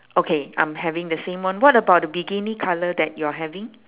okay I'm having the same one what about the bikini colour that you're having